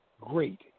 great